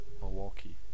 Milwaukee